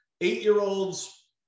eight-year-olds